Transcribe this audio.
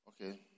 okay